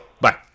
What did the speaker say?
Bye